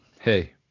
hey